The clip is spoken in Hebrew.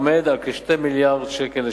עומד על כ-2 מיליארדי שקל לשנה.